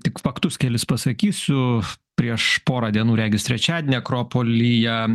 tik faktus kelis pasakysiu prieš porą dienų regis trečiadienį akropolyje